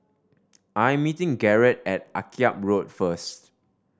I am meeting Garett at Akyab Road first